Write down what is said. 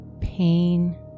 pain